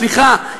סליחה,